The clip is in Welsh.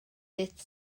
dydd